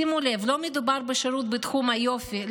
שימו לב, לא מדובר בשירות בתחום היופי.